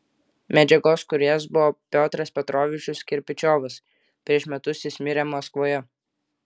medžiagos kūrėjas buvo piotras petrovičius kirpičiovas prieš metus jis mirė maskvoje